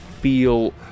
feel